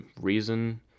reason